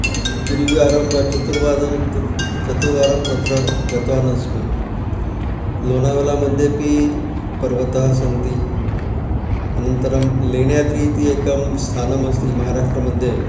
त्रिवारं वा चतुर्वारं तत् चतुर्वारं तत्र गतवान् अस्मि लोनावलामद्येपि पर्वतः सन्ति अनन्तरं लेण्याद्रि इति एकं स्थानमस्ति महाराष्ट्रमध्ये